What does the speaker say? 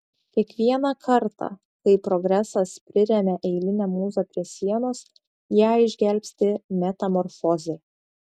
kiekvieną kartą kai progresas priremia eilinę mūzą prie sienos ją išgelbsti metamorfozė